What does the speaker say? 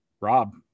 rob